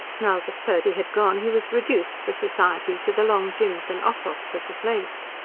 now that purdy had gone he was reduced, for society, to the long jims and ococks of the place.